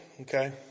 Okay